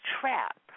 trap